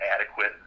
adequate